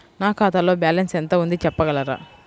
నా ఖాతాలో బ్యాలన్స్ ఎంత ఉంది చెప్పగలరా?